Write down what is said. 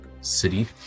city